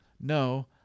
No